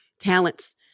talents